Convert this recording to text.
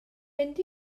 mynd